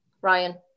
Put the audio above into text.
ryan